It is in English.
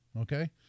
Okay